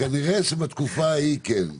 כנראה שבתקופה ההיא כן.